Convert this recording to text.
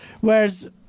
Whereas